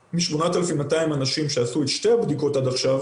מ-8,200 אנשים שעשו את שתי הבדיקות עד עכשיו